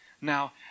now